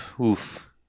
oof